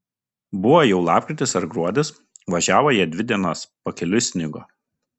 buvo jau lapkritis ar gruodis važiavo jie dvi dienas pakeliui snigo